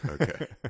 okay